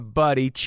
buddy